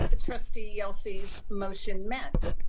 ah trustee yelsey's motion meant.